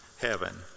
heaven